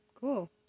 Cool